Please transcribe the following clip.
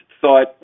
thought